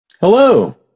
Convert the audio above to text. Hello